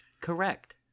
correct